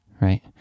right